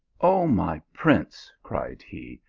oh my prince, cried he,